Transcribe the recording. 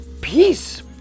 peace